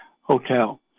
hotel